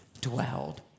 dwelled